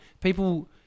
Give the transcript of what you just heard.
people